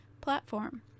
platform